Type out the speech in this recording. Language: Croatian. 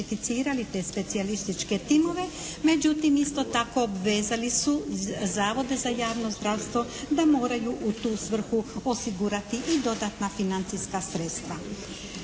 te specijalističke timove. Međutim, isto tako obvezali su Zavode za javno zdravstvo da moraju u tu svrhu osigurati i dodatna financijska sredstva.